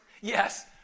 Yes